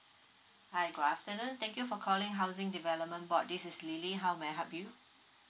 hi good afternoon thank you for calling housing development board this is lily how may I help you